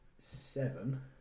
seven